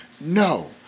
No